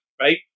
right